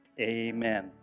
Amen